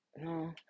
No